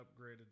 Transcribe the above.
upgraded